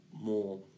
more